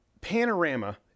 Panorama